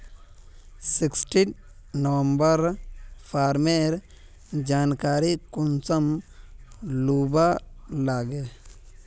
Sixteen number farmer जानकारी कुंसम लुबा लागे?